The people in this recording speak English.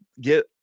get